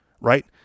right